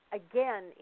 again